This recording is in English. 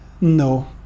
No